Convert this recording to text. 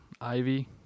Ivy